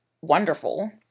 wonderful